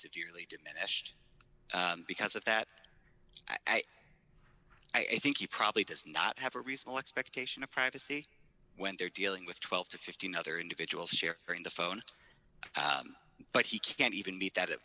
severely diminished because of that i i think he probably does not have a response speculation of privacy when they're dealing with twelve to fifteen other individuals here or in the phone but he can't even meet that